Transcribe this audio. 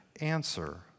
answer